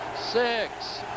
six